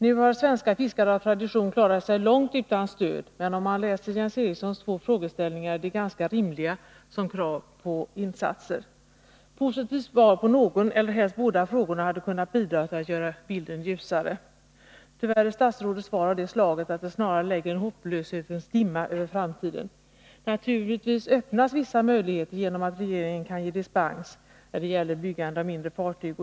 Nu har svenska fiskare av tradition klarat sig långt utan stöd, men om man läser Jens Erikssons två frågeställningar är de ganska rimliga som krav på insatser. Ett positivt svar på någon av eller helst på båda frågorna hade kunnat bidra till att göra bilden ljusare. Tyvärr är statsrådets svar av det slaget att det snarare lägger en hopplöshetens dimma över framtiden. Naturligtvis öppnas vissa möjligheter genom att regeringen kan ge dispens när det gäller byggande av mindre fartyg.